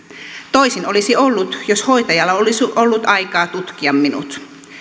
toisin olisi ollut jos hoitajalla olisi ollut aikaa tutkia minut